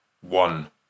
One